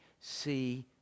see